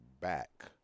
back